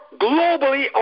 globally